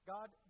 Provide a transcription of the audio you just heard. God